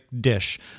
dish